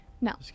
No